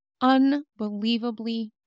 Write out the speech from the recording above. unbelievably